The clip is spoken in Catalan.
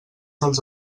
dels